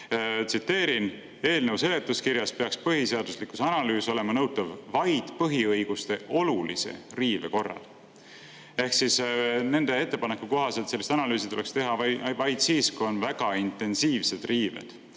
Tsiteerin: "Eelnõu seletuskirjas peaks põhiseaduslikkuse analüüs olema nõutav vaid põhiõiguste olulise riive korral [...]" Ehk siis nende ettepaneku kohaselt sellist analüüsi tuleks teha vaid siis, kui on väga intensiivsed